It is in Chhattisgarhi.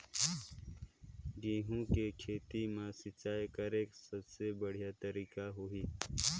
गंहू के खेती मां सिंचाई करेके सबले बढ़िया तरीका होही?